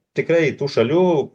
tikrai tų šalių